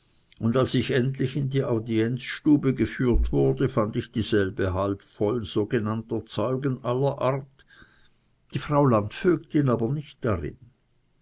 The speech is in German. und als ich endlich in die audienzstube geführt wurde fand ich dieselbe halb voll sogenannter zeugen aller art die frau landvögtin aber nicht darin